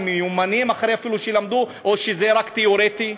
האם הם מיומנים אחרי שלמדו או שזה רק תיאורטי?